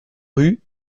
rue